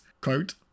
quote